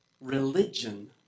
Religion